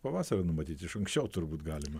pavasarį numatyt iš anksčiau turbūt galima